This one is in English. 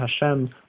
hashem